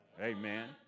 Amen